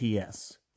PS